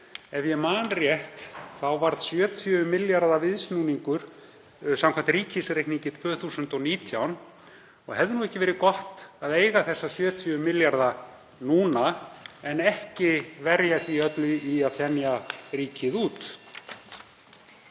Ef ég man rétt varð 70 milljarða viðsnúningur samkvæmt ríkisreikningi 2019. Hefði ekki verið gott að eiga þá 70 milljarða núna en ekki verja því öllu í að þenja ríkið út?